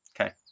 Okay